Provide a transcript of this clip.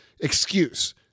excuse